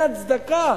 אין הצדקה.